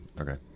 Okay